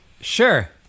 Sure